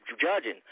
judging